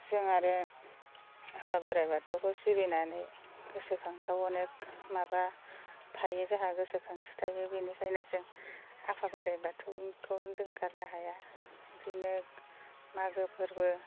जों आरो आफा बोराइ बाथौखौ सिबिनानै गोसोखांथाव अनेख माबा थायो जाहा गोसो खांथि थायो बिनिखायनो जों आफा बोराइ बाथौनिखौनो जों गारनो हाया बिदिनो मागो फोरबो